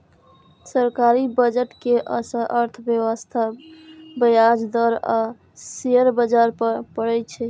सरकारी बजट के असर अर्थव्यवस्था, ब्याज दर आ शेयर बाजार पर पड़ै छै